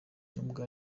n’ubwo